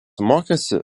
mokėsi